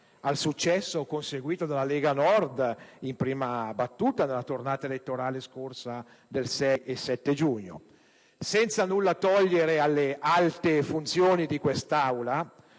al successo conseguito dalla Lega Nord in prima battuta nella tornata elettorale del 6 e 7 giugno scorsi. Senza nulla togliere alle alte funzioni di quest'Aula,